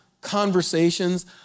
conversations